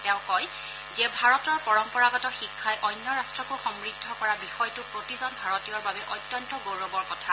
তেওঁ কয় যে ভাৰতৰ পৰম্পৰাগত শিক্ষাই অন্য ৰাষ্টকো সমৃদ্ধ কৰা বিষয়টো প্ৰতিজন ভাৰতীয়ৰ বাবে অত্যন্ত গৌৰৱৰ কথা